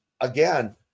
again